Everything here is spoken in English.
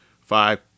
five